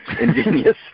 ingenious